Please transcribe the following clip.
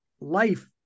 life